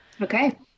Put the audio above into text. Okay